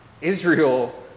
Israel